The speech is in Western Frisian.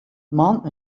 man